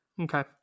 Okay